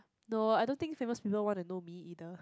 no I don't think famous people want to know me either